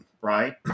right